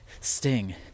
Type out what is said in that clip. Sting